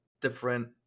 different